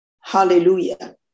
Hallelujah